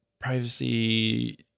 privacy